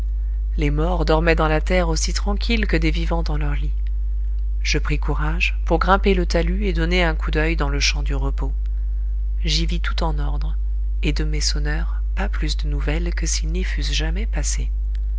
les morts dormaient dans la terre aussi tranquilles que des vivants dans leurs lits je pris courage pour grimper le talus et donner un coup d'oeil dans le champ du repos j'y vis tout en ordre et de mes sonneurs pas plus de nouvelles que s'ils n'y fussent jamais passés